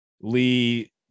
Lee